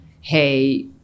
hey